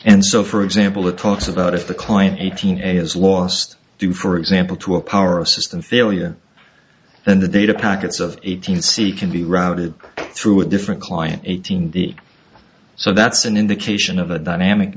and so for example it talks about if the client eighteen a is lost due for example to a power system failure and the data packets of eighteen c can be routed through a different client eighteen the so that's an indication of the dynamic